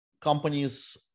companies